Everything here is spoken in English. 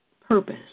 purpose